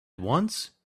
once